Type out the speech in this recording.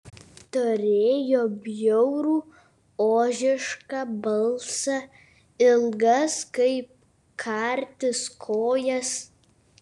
turėjo bjaurų ožišką balsą ilgas kaip kartis kojas